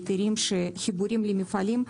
חיבורים למעפלים,